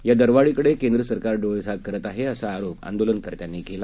या दरवाढीकडे केंद्र सरकार डोळेझाक करत आहे असा आरोप आंदोलनकर्त्यांनी केला